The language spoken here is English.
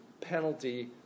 penalty